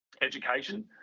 education